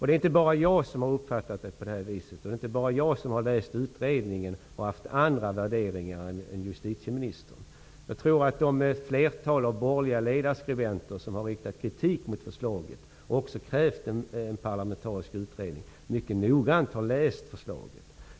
Det är inte bara jag som har uppfattat det på det här viset, och det är inte heller bara jag som har läst utredningen och haft andra värderingar än justitieministern. Jag tror att ett flertal av de borgerliga ledarskribenter som har riktat kritik mot förslaget, och som också har krävt en parlamentarisk utredning, mycket noggrant har läst förslaget.